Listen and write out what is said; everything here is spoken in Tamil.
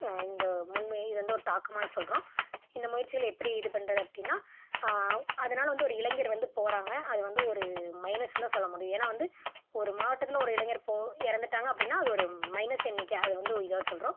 இந்த உண்மையை இதை வந்து ஒரு தாக்கமாக சொல்கிறோம் இந்த முயற்சிகளை எப்படி இது பண்ணுறது அப்படின்னா அதனால் வந்து ஒரு இளைஞர் வந்து போகிறாங்க அதை வந்து ஒரு மைனஸுன்னு தான் சொல்ல முடியும் ஏன்னா வந்து ஒரு மாவட்டத்தில் ஒரு இளைஞர் இப்போது இறந்துட்டாங்க அப்படின்னா அது ஒரு மைனஸ் எண்ணிக்கை அதை வந்து ஒரு இதாக சொல்கிறோம்